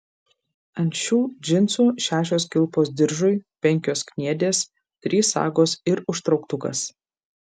ant šių džinsų šešios kilpos diržui penkios kniedės trys sagos ir užtrauktukas